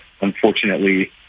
unfortunately